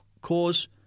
cause